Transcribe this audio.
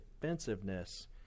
defensiveness